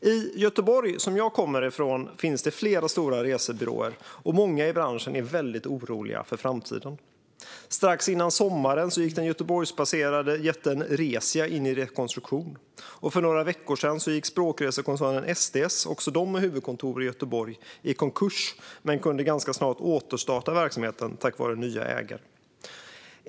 I Göteborg, som jag kommer från, finns det flera stora resebyråer. Och många i branschen är väldigt oroliga för framtiden. Strax före sommaren gick den Göteborgsbaserade jätten Resia in i rekonstruktion, och för några veckor sedan gick språkresekoncernen STS - också den med huvudkontor i Göteborg - i konkurs men kunde ganska snart återstarta verksamheten tack vare nya ägare.